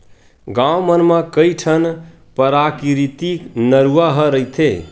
गाँव मन म कइठन पराकिरितिक नरूवा ह रहिथे